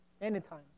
Anytime